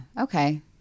Okay